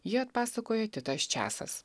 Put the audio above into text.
jį atpasakoja titas čiasas